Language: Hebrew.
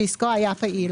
שעסקו היה פעיל,